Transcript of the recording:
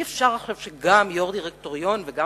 הרי אי-אפשר שגם יו"ר הדירקטוריון וגם